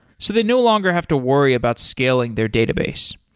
so they no longer have to worry about scaling their database.